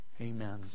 Amen